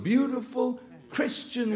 beautiful christian